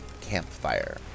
campfire